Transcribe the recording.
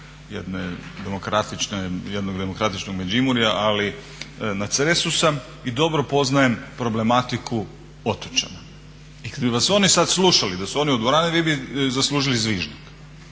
jednog demokratičnog Međimurja ali na Cresu sam i dobro poznajem problematiku otočana. I kada bi vas oni sad slušali da su oni u dvorani vi bi zaslužili zvižduk